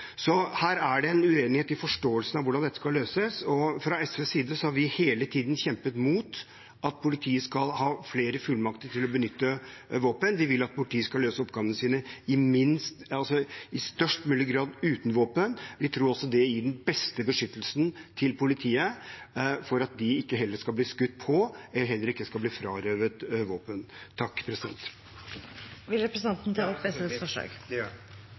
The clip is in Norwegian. Så her er det en uenighet i forståelsen av hvordan dette skal løses. Fra SVs side har vi hele tiden kjempet mot at politiet skal ha flere fullmakter til å benytte våpen. Vi vil at politiet skal løse oppgavene sine i størst mulig grad uten våpen. Vi tror også det gir politiet den beste beskyttelsen mot at de ikke skal bli skutt på og heller ikke skal bli frarøvet våpen. Jeg tar opp SVs forslag. Representanten Petter Eide har tatt opp det forslaget han refererte til. Jeg er glad for at regjeringens forslag